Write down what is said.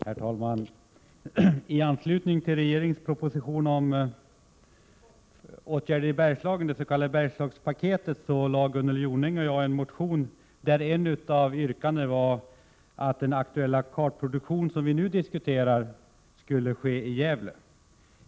Herr talman! I anslutning till regeringens proposition om åtgärder i Bergslagen, det s.k. Bergslagspaketet, lade Gunnel Jonäng och jag fram en motion, där ett av yrkandena var att den aktuella kartproduktion som vi nu diskuterar skulle ske i Gävle.